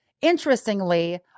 Interestingly